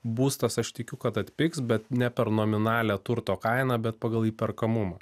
būstas aš tikiu kad atpigs bet ne per nominalią turto kainą bet pagal įperkamumą